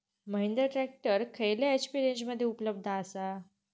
Mahindra tractor खयल्या HP रेंजमध्ये उपलब्ध आसा?